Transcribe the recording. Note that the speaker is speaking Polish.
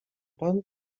pan